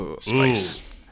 Spice